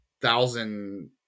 thousand